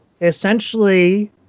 essentially